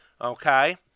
Okay